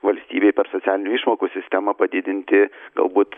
valstybei per socialinių išmokų sistemą padidinti galbūt